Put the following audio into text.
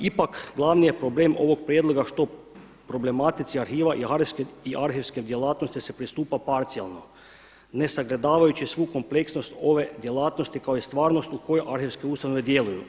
Ipak glavni je problem ovog prijedloga problematici arhiva i arhivskoj djelatnosti se pristupa parcijalno ne sagledavajući svu kompleksnost ove djelatnosti kao i stvarnost u kojoj arhivske ustanove djeluju.